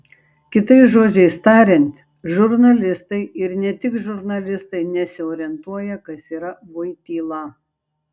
kitais žodžiais tariant žurnalistai ir ne tik žurnalistai nesiorientuoja kas yra voityla